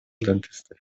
dentysty